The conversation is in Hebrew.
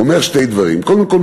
אומר שני דברים: קודם כול,